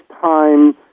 time